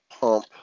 pump